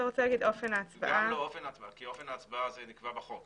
גם לא אופן הצבעה כי אופן הצבעה זה נקבע בחוק.